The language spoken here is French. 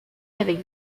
avec